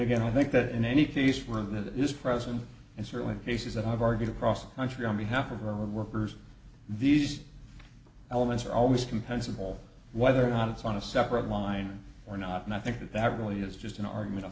again i think that in any case one that is present and certainly cases that i've argued across the country on behalf of our workers these elements are always compensable whether or not it's on a separate line or not and i think that that really is just an argument a